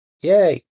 Yay